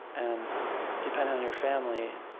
and depending on your family